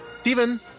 Steven